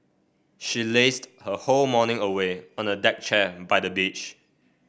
she lazed her whole morning away on a deck chair by the beach